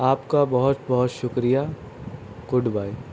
آپ کا بہت بہت شکریہ گڈ بائے